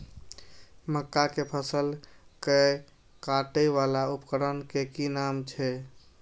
मक्का के फसल कै काटय वाला उपकरण के कि नाम छै?